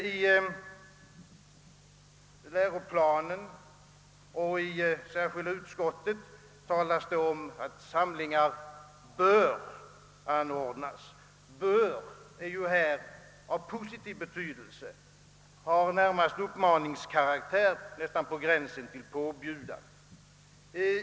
I läroplanen och i särskilda utskottets utlåtande talas det om att samlingar »bör» anordnas. »Bör» är ju här av positiv betydelse och har närmast uppmaningskaraktär, på gränsen till påbud.